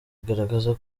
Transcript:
bigaragaza